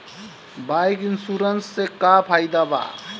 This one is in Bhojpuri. बाइक इन्शुरन्स से का फायदा बा?